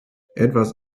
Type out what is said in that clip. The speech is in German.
etwas